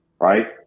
right